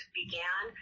began